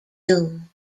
doom